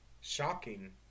shocking